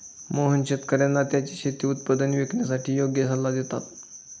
मोहन शेतकर्यांना त्यांची शेती उत्पादने विकण्यासाठी योग्य सल्ला देतात